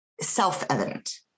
self-evident